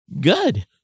good